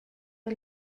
der